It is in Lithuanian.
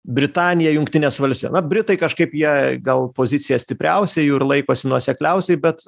britanija jungtinės vals na britai kažkaip jie gal pozicija stipriausia jų ir laikosi nuosekliausiai bet